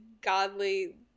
godly